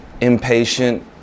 impatient